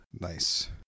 Nice